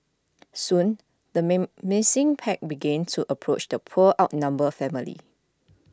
soon the pack began to approach the poor outnumbered family